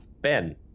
Ben